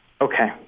Okay